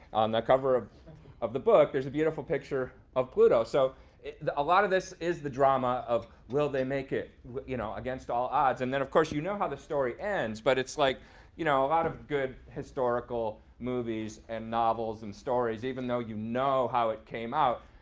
on the cover of of the book there's a beautiful picture of pluto. so a lot of this is the drama of will they make it you know against all odds. and then, of course, you know how the story ends. but it's like you know a lot of good historical movies and novels and stories. even though you know how it came out,